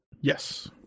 Yes